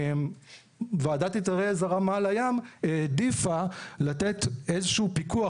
ועדת היתרי הזרמה לים העדיפה לתת איזשהו פיקוח,